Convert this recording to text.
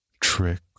Trick